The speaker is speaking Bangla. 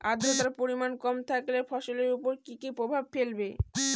আদ্রর্তার পরিমান কম থাকলে ফসলের উপর কি কি প্রভাব ফেলবে?